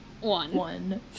One